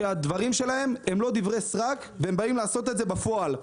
שהדברים שלהם הם לא דברי סרק והם באים לעשות את זה בפועל.